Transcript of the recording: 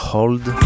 Hold